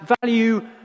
value